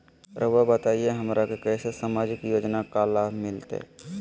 रहुआ बताइए हमरा के कैसे सामाजिक योजना का लाभ मिलते?